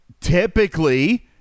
typically